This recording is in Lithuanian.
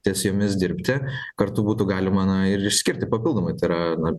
ties jomis dirbti kartu būtų galima na ir išskirti papildomai tai yra na